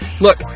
look